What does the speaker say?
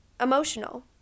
emotional